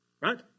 right